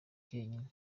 njyenyine